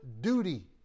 duty